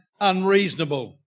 unreasonable